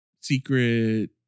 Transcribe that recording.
Secret